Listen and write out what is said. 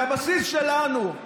הבסיס שלנו,